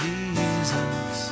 Jesus